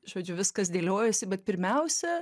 žodžiu viskas dėliojasi bet pirmiausia